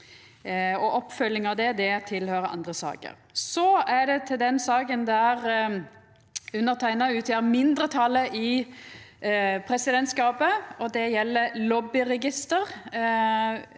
Oppfølginga av det høyrer til andre saker. Eg går så til den saka der underteikna utgjer mindretalet i presidentskapet, og det gjeld lobbyregister.